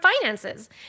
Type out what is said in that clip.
finances